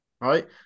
right